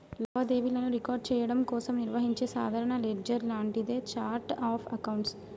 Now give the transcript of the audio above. లావాదేవీలను రికార్డ్ చెయ్యడం కోసం నిర్వహించే సాధారణ లెడ్జర్ లాంటిదే ఛార్ట్ ఆఫ్ అకౌంట్స్